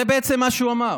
זה בעצם מה שהוא אמר.